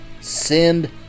send